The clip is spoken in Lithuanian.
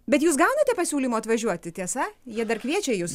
bet jūs gaunate pasiūlymų atvažiuoti tiesa jie dar kviečia jus